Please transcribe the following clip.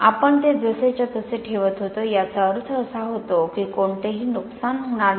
आपण ते जसेच्या तसे ठेवत होतो याचा अर्थ असा होतो की कोणतेही नुकसान होणार नाही